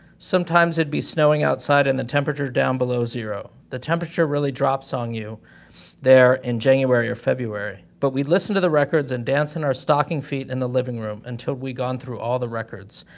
sometimes, it'd be snowing outside, and the temperature down below zero. the temperature really drops on you there in january or february. but we'd listen to the records and dance in our stocking feet in the living room until we'd gone through all the records.